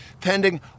pending